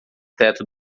teto